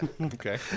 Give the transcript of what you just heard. okay